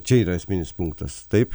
čia yra esminis punktas taip